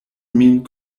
min